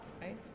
right